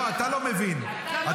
אתה לא מבין בדברים האלה.